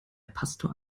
pastor